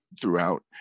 throughout